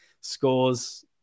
scores